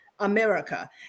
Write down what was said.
America